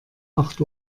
acht